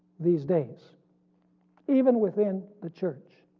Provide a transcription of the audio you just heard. these days even within the church.